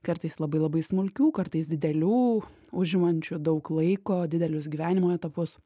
kartais labai labai smulkių kartais didelių užimančių daug laiko didelius gyvenimo etapus